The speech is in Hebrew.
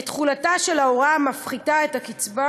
את תחולתה של ההוראה המפחיתה את הקצבה,